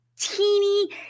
teeny